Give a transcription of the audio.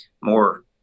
more